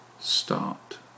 start